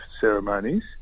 ceremonies